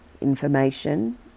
information